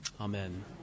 Amen